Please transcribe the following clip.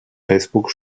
facebook